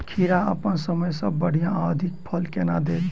खीरा अप्पन समय सँ बढ़िया आ अधिक फल केना देत?